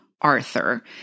Arthur